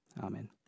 Amen